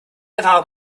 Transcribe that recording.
erfahrung